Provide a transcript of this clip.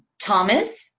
Thomas